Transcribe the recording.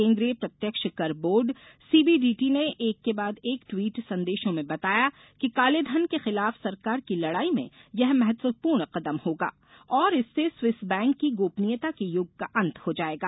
केंद्रीय प्रत्यक्ष कर बोर्ड सीबीडीटी ने एक के बाद एक ट्वीट संदेशों में बताया कि काले धन के खिलाफ सरकार की लड़ाई में यह महत्वपूर्ण कदम होगा और इससे स्विस बैंक की गोपनीयता के युग का अंत हो जायेगा